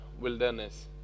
wilderness